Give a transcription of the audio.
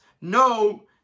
no